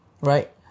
right